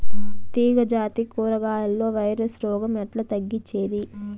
తీగ జాతి కూరగాయల్లో వైరస్ రోగం ఎట్లా తగ్గించేది?